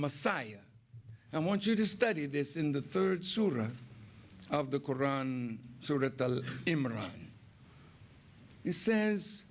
messiah i want you to study this in the third sutra of the koran sort of him around he says